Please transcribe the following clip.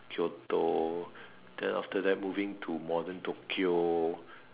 Kyoto then after that moving to modern Tokyo